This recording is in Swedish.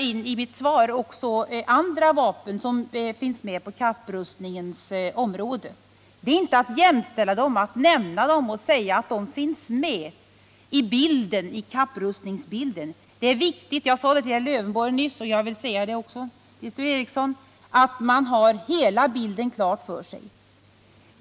i mitt svar även nämnde andra vapen på kapprustningens område. Att jag nämner att dessa vapen också finns med i bilden innebär inte att jag jämställer dem med neutronbomben. Jag sade nyss till herr Lövenborg och vill nu säga det även till herr Ericson att det är viktigt att man har hela bilden klar för sig.